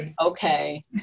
okay